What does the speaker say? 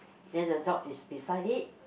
then the dog is beside it